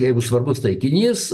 jeigu svarbus taikinys